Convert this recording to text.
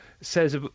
says